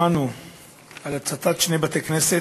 שמענו על הצתת שני בתי-כנסת